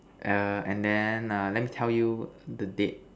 err and then err let me tell you the date